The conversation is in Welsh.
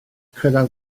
credaf